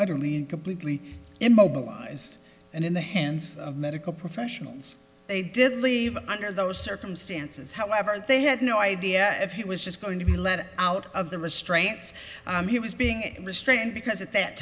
utterly and completely immobilized and in the hands of medical professionals they did leave under those circumstances however they had no idea if he was just going to be let out of the restraints he was being restrained because at that